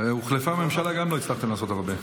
הוחלפה הממשלה, גם לא הצלחתם לעשות הרבה.